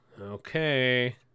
Okay